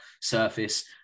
surface